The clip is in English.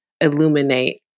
illuminate